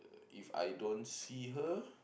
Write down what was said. If I don't see her